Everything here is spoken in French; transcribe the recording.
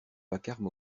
vacarme